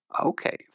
Okay